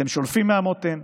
אתם שולפים מהמותן,